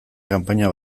kanpaina